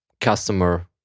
customer